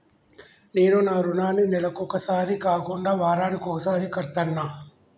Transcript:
నేను నా రుణాన్ని నెలకొకసారి కాకుండా వారానికోసారి కడ్తన్నా